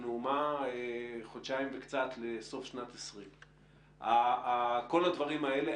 אנחנו חודשיים וקצת לקראת סוף שנת 2020. כל הדברים האלה,